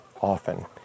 often